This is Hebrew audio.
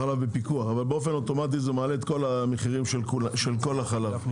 אבל באופן אוטומטי זה מעלה את כל המחירים של כל החלב.